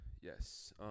yes